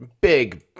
Big